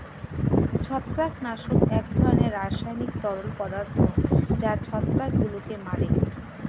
ছত্রাকনাশক এক ধরনের রাসায়নিক তরল পদার্থ যা ছত্রাকগুলোকে মারে